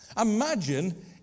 Imagine